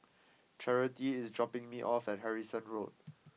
Charity is dropping me off at Harrison Road